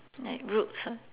like roots lah